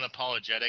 unapologetic